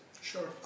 Sure